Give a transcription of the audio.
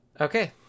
Okay